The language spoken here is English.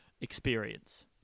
experience